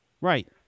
Right